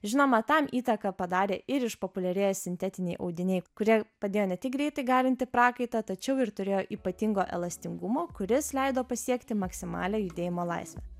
žinoma tam įtaką padarė ir išpopuliarėję sintetiniai audiniai kurie padėjo ne tik greitai garinti prakaitą tačiau ir turėjo ypatingo elastingumo kuris leido pasiekti maksimalią judėjimo laisvę